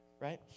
right